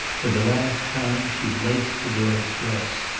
for the last time she laced the girl's dress.